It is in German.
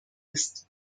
ist